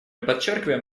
подчеркиваем